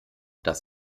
dass